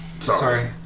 sorry